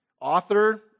Author